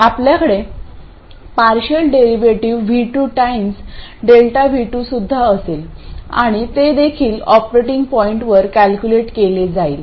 आपल्याकडे partial derivative V2 times Δ V2 सुद्धा असेल आणि ते देखील ऑपरेटिंग पॉईंटवर कॅल्क्युलेट केले जाईल